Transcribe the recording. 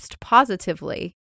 positively